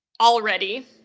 already